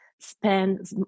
spend